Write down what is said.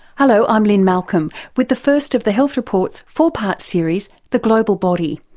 hello i'm lynne malcolm with the first of the health report's four-part series the global body.